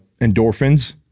endorphins